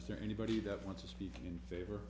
is there anybody that wants to speak in favor